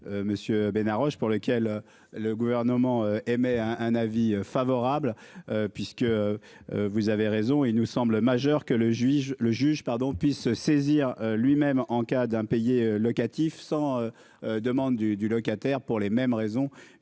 Monsieur Roche pour lequel le gouvernement émet un avis favorable. Puisque. Vous avez raison, il nous semble majeur que le juge, le juge pardon puisse se saisir lui-même en cas d'impayés locatifs sans. Demande du du locataire. Pour les mêmes raisons,